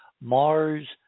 Mars